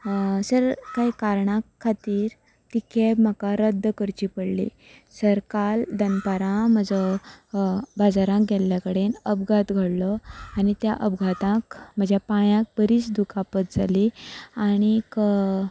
sir कांय कारणांक खातीर ती कॅब म्हाका रद्द करची पडली सर काल दनपारां म्हजो बाजारान गेल्ल्या कडेन अपघात घडलो आनी त्या अपघाताक म्हज्या पांयाक बरीच दुखापत जाली आनीक